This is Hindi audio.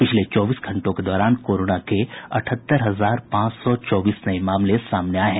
पिछले चौबीस घंटों के दौरान कोरोना के अठहत्तर हजार पांच सौ चौबीस नये मामले सामने आये हैं